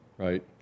Right